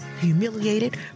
humiliated